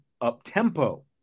up-tempo